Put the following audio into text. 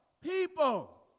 people